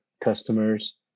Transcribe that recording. customers